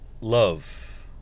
love